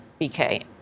BK